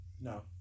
no